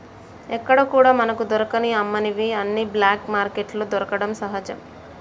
ఎక్కడా కూడా మనకు దొరకని అమ్మనివి అన్ని బ్లాక్ మార్కెట్లో దొరకడం సహజం